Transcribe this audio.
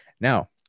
now